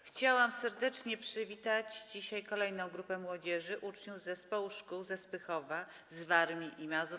Chciałam serdecznie przywitać kolejną dzisiaj grupę młodzieży: uczniów Zespołu Szkół ze Spychowa, z Warmii i Mazur.